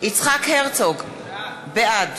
יצחק הרצוג, בעד